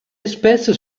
espèce